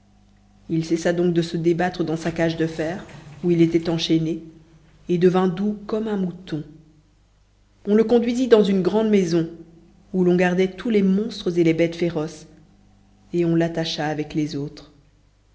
il cessa donc de se débattre dans la cage de fer où il était enchaîné et devint doux comme un mouton on le conduisit dans une grande maison où l'on gardait tous les monstres et les bêtes féroces et on l'attacha avec les autres